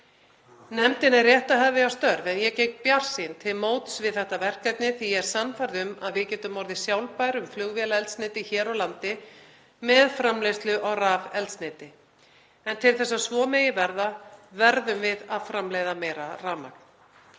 Nefndin er rétt að hefja störf en ég geng bjartsýn til móts við þetta verkefni því að ég er sannfærð um að við getum orðið sjálfbær um flugvélaeldsneyti hér á landi með framleiðslu á rafeldsneyti. En til að svo megi verða verðum við að framleiða meira rafmagn.